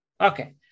okay